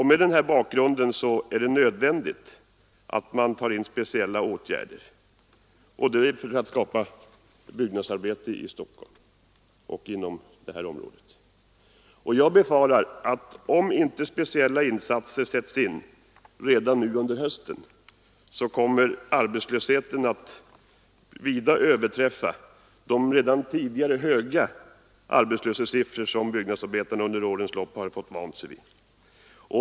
Mot den bakgrunden är det nödvändigt att speciella åtgärder sätts in. Detta för att skapa byggnadsarbete i Stockholmsområdet. Jag befarar att om inte speciella insatser sätts in redan under hösten kommer arbetslösheten att vida överträffa de redan tidigare höga arbetslöshetssiffror som byggnadsarbetarna under årens lopp har fått vänja sig vid.